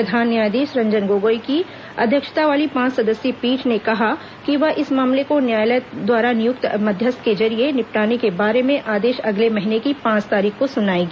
प्रधान न्यायाधीश रंजन गोगोई की अध्यक्षता वाली पांच सदस्यीय पीठ ने कहा कि वह इस मामले को न्यायालय द्वारा नियुक्त मध्यस्थ के जरिये निपटाने के बारे में आदेश अगले महीने की पांच तारीख को सुनाएगी